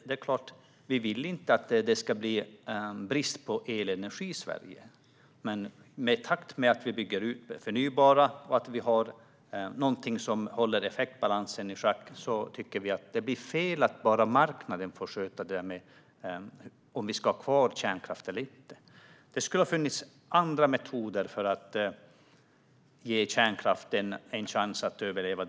Det är klart att vi inte vill att det ska bli brist på elenergi i Sverige, men i takt med att vi bygger ut det förnybara och att vi har något som håller effektbalansen i schack tycker vi att det blir fel att bara marknaden får sköta om vi ska ha kärnkraften kvar eller inte. Det skulle ha funnits andra metoder för att ge kärnkraften en chans att överleva.